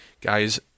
Guys